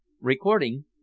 recording